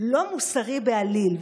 לא מוסרי בעליל.